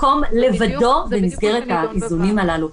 -- מקום לבדו במסגרת האיזונים הללו.